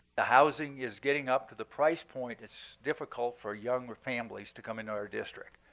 the housing is getting up to the price point it's difficult for younger families to come into our district.